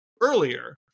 earlier